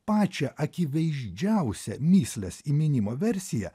pačią akivaizdžiausią mįslės įminimo versiją